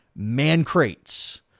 ManCrates